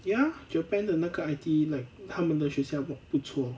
ya japan 的那个 I_T like 他们的学校不不错